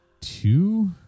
two